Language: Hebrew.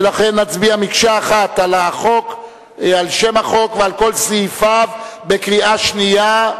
ולכן נצביע מקשה אחת על שם החוק ועל כל סעיפיו בקריאה השנייה.